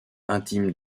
intime